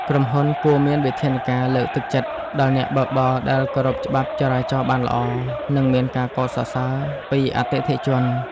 ក្រុមហ៊ុនគួរមានវិធានការលើកទឹកចិត្តដល់អ្នកបើកបរដែលគោរពច្បាប់ចរាចរណ៍បានល្អ និងមានការកោតសរសើរពីអតិថិជន។